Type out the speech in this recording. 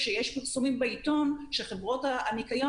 כשיש פרסומים בעיתון שחברות הניקיון